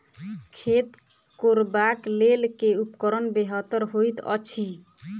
खेत कोरबाक लेल केँ उपकरण बेहतर होइत अछि?